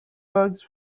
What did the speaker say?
bags